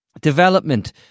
development